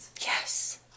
Yes